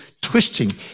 twisting